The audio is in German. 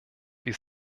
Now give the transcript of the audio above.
wir